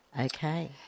Okay